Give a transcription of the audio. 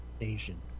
Asian